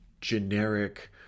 generic